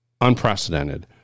unprecedented